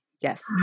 Yes